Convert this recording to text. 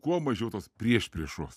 kuo mažiau tos priešpriešos